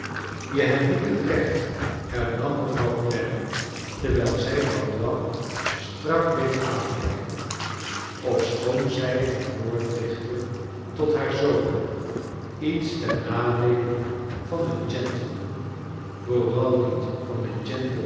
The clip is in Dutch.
je hebt niet het recht hernam mevrouw clennam terwijl zij blandois strak bleef aankijken ofschoon zij het woord richtte tot haar zoon iets ten nadeele van eon gentleman vooral niet van een